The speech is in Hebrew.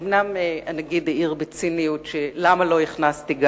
אומנם ביום שבו הכנסנו את